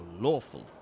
lawful